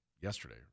yesterday